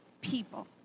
people